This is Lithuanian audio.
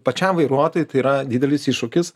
pačiam vairuotojui tai yra didelis iššūkis